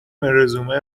رزومه